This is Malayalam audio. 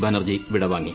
ബാനർജി വിടവാങ്ങി